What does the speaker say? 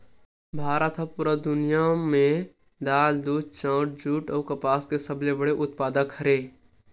भारत हा पूरा दुनिया में दाल, दूध, चाउर, जुट अउ कपास के सबसे बड़े उत्पादक हरे